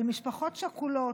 על משפחות שכולות,